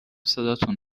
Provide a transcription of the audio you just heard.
صداتون